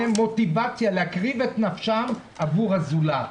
להם מוטיבציה להקריב את נפשם עבור הזולת.